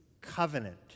covenant